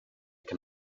can